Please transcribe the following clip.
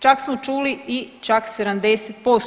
Čak smo čuli i čak 70%